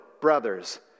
brothers